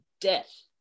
death